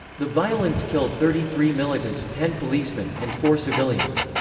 the violence killed thirty three militants, ten policemen, and four civilians.